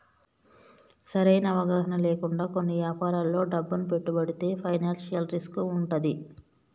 సరైన అవగాహన లేకుండా కొన్ని యాపారాల్లో డబ్బును పెట్టుబడితే ఫైనాన్షియల్ రిస్క్ వుంటది